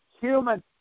human